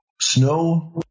snow